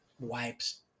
wipes